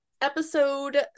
episode